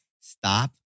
stop